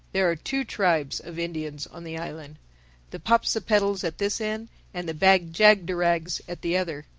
there are two tribes of indians on the island the popsipetels at this end and the bag-jagderags at the other.